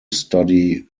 study